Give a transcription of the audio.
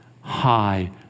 high